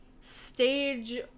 stage